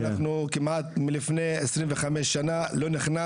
אנחנו כמעט מלפני עשרים וחמש שנה לא נכנס